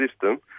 system